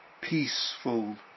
peaceful